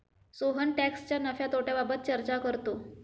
सोहन टॅक्सच्या नफ्या तोट्याबाबत चर्चा करतो